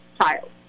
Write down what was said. child